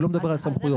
הוא לא מדבר על סמכויות.